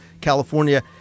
California